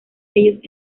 ellos